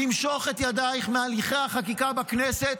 למשוך את ידייך מהליכי החקיקה בכנסת,